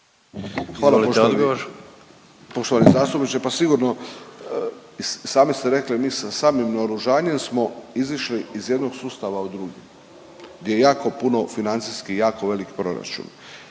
(HDZ)** Poštovani zastupniče, pa sigurno i sami ste rekli, mi sa samim naoružanjem smo izišli iz jednog sustava u drugi gdje je jako puno, financijski jako velik proračun.